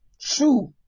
true